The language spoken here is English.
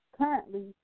currently